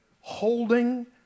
holding